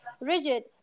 rigid